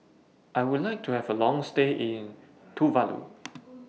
I Would like to Have A Long stay in Tuvalu